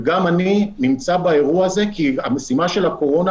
וגם אני נמצא באירוע הזה כי המשימה של הקורונה